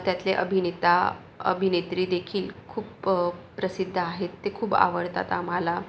त्यातले अभिनेता अभिनेत्रीदेखील खूप प्रसिद्ध आहेत ते खूप आवडतात आम्हाला